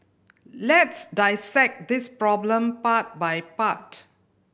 let's dissect this problem part by part